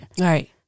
Right